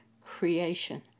creation